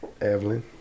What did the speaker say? Evelyn